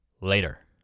later